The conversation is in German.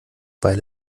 weil